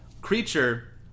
Creature